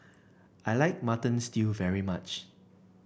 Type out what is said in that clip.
I like Mutton Stew very much